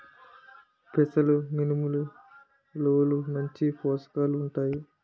పెసలు మినుములు ఉలవల్లో మంచి పోషకాలు ఉంటాయి